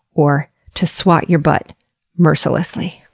or to swat your butt mercilessly.